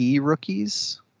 rookies